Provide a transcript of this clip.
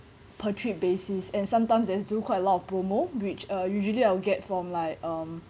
per trip basis and sometimes there's do quite a lot of promo which are usually I'll get from like um